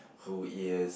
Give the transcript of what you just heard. who is